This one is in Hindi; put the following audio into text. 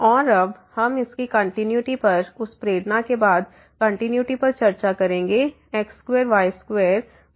और अब हम इसकी कंटिन्यूटी पर उस प्रेरणा के बाद कंटिन्यूटी पर चर्चा करेंगे x2y2x3y3